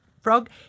frog